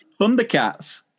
Thundercats